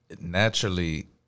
Naturally